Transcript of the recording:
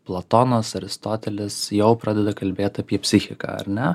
platonas aristotelis jau pradeda kalbėt apie psichiką ar ne